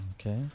Okay